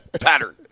pattern